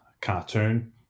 cartoon